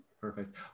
Perfect